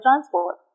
transport